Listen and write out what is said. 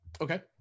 okay